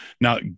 Now